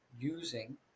using